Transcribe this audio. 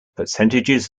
percentages